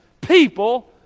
people